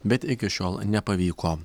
bet iki šiol nepavyko